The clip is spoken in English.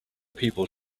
people